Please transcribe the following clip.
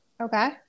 Okay